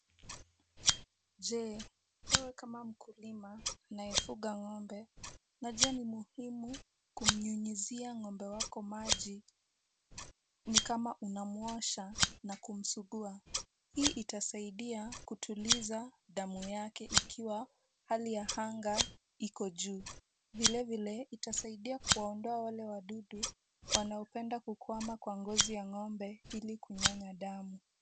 Je wewe kama mkulima anayefuga ng'ombe, unajua ni muhimu kumnyunyizia ng'ombe wako maji ni kama unamwosha na kumsugua hii itasaidia kutuliza damu yake ikiwa, hali ya anga iko juu. Vilevile itasaidia kuwaondoa wale wadudu wanaopenda kukwama kwa ngozi ya ng'ombe, ili kunyonya damu.